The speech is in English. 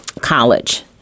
college